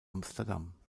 amsterdam